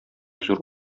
зур